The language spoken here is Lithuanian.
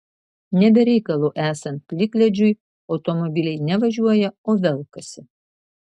ne be reikalo esant plikledžiui automobiliai ne važiuoja o velkasi